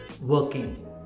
working